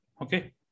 Okay